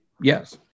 Yes